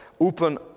Open